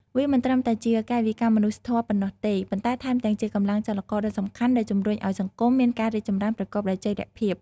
វាមិនត្រឹមតែជាកាយវិការមនុស្សធម៌ប៉ុណ្ណោះទេ ប៉ុន្តែថែមទាំងជាកម្លាំងចលករដ៏សំខាន់ដែលជំរុញឱ្យសង្គមមានការរីកចម្រើនប្រកបដោយចីរភាព។